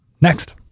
Next